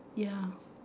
ya